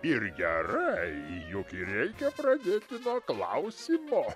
ir gerai juk ir reikia pradėti nuo to klausimo